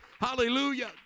Hallelujah